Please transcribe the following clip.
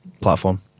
platform